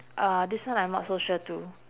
uh this one I'm not so sure too